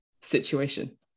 situation